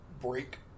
break